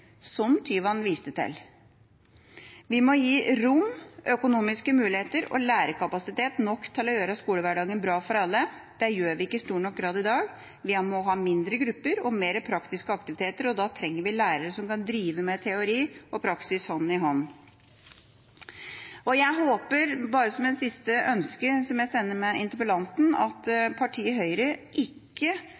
som Tyvand viste til. Vi må gi rom, økonomiske muligheter og lærerkapasitet nok til å gjøre skolehverdagen bra for alle. Det gjør vi ikke i stor nok grad i dag. Vi må ha mindre grupper og mer praktiske aktiviteter, og da trenger vi lærere som kan drive med teori og praksis hånd i hånd. Jeg håper – bare som et siste ønske som jeg sender med interpellanten – at partiet